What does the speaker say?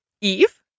Eve